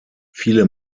viele